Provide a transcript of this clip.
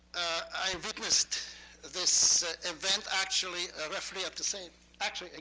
i have witnessed this event, actually, roughly at the same actually, and